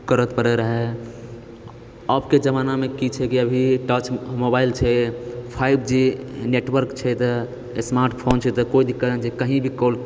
करऽ पड़ैत रहै आबके जमानामे कि छै कि अभी टच मोबाइल छै फाइव जी नेटवर्क छै तऽ स्मार्टफोन छै तऽ कोइ दिक्कत नहि छै कही भी कॉल